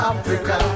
Africa